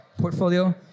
portfolio